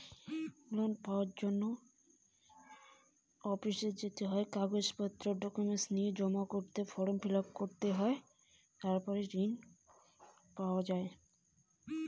ঋণ পাওয়ার জন্য কি কি করতে লাগে?